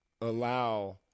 allow –